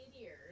years